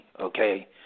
okay